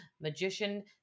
magician